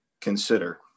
consider